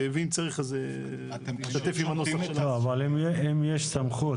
ואם צריך אז --- אבל אם יש סמכות